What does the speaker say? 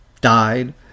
died